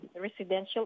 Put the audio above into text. residential